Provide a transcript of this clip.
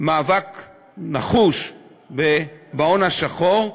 מאבק נחוש בהון השחור,